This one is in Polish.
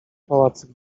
pałacyk